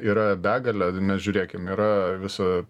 yra begalė nes žiūrėkim yra visa